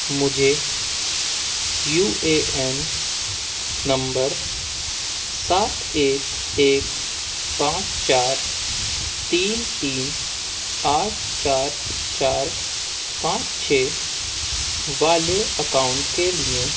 مجھے U A N number سات ایک ایک پانچ چار تین تین آٹھ چار چار پانچ چھ والے اکاؤنٹ کے لیے